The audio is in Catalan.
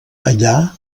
allà